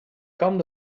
kan